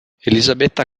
elisabetta